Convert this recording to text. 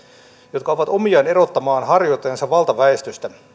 jotka ovat omiaan erottamaan harjoittajansa valtaväestöstä